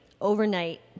Overnight